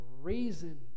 reason